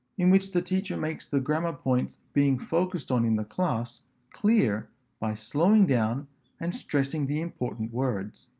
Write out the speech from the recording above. in which the teacher makes the grammar points being focused on in the class clear by slowing down and stressing the important words.